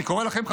אני קורא לכם,